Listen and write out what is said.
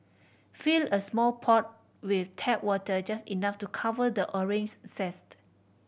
fill a small pot with tap water just enough to cover the orange zest